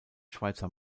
schweizer